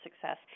Success